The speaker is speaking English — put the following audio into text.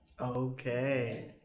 Okay